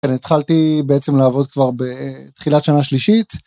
התחלתי בעצם לעבוד כבר בתחילת שנה שלישית.